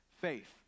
faith